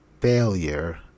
Failure